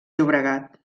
llobregat